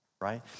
right